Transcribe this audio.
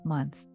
Month